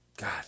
God